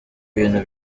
ibintu